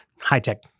high-tech